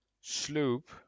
sloop